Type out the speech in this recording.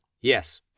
Yes